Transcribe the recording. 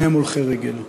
שניהם הולכי רגל.